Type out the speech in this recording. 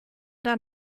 der